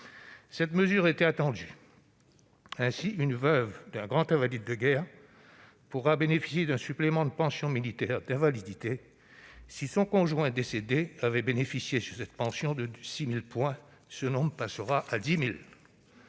Cette mesure était attendue. Ainsi, une veuve de grand invalide de guerre pourra bénéficier d'un supplément de pension militaire d'invalidité : si son conjoint décédé avait bénéficié, sur cette pension, de 6 000 points, ce nombre passera à 10 000.